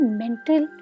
mental